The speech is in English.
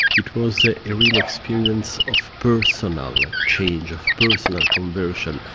it was ah a real experience of personal like change, of personal conversion.